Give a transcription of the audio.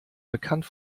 bekannt